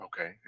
Okay